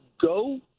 go